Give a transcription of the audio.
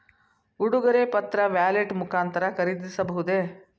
ಉಡುಗೊರೆ ಪತ್ರ ವ್ಯಾಲೆಟ್ ಮುಖಾಂತರ ಖರೀದಿಸಬಹುದೇ?